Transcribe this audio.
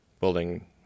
building